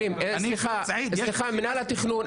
מינהל התכנון,